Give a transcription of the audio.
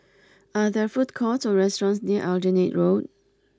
are there food courts or restaurants near Aljunied Road